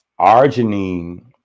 Arginine